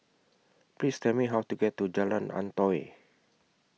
Please Tell Me How to get to Jalan Antoi